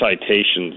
citations